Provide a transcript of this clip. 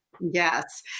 Yes